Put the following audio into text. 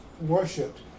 worshipped